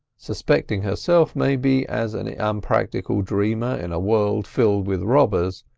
suspecting herself, maybe, as an unpractical dreamer in a world filled with robbers,